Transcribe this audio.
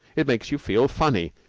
it makes you feel funny,